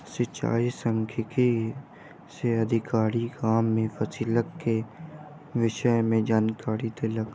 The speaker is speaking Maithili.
सिचाई सांख्यिकी से अधिकारी, गाम में फसिलक के विषय में जानकारी देलक